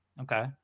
okay